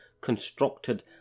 constructed